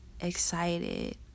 excited